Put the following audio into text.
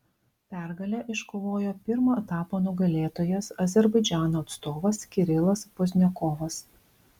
pergalę iškovojo pirmo etapo nugalėtojas azerbaidžano atstovas kirilas pozdniakovas